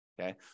okay